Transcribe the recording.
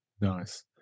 Nice